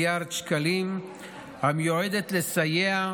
מיליוני שקלים הולכים לעודד השתמטות מצה"ל.